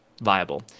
viable